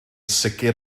sicr